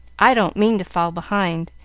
i don't mean to fall behind,